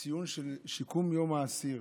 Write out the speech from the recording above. שיקום האסיר.